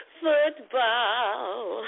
football